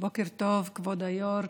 בוקר טוב, כבוד היו"ר.